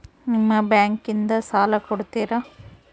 ನಿಮ್ಮ ಬ್ಯಾಂಕಿನಿಂದ ಸಾಲ ಕೊಡ್ತೇರಾ?